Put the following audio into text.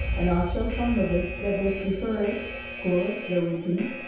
and are so fond of it that they prefer it, squalid though it be,